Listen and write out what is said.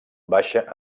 baixa